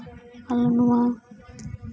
ᱟᱞᱮ ᱱᱚᱶᱟ